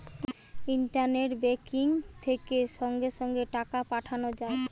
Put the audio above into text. internet banking থেকে সঙ্গে সঙ্গে টাকা পাঠানো যায়